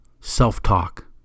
self-talk